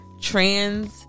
trans